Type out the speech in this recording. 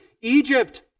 Egypt